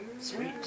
Sweet